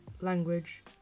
language